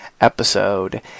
episode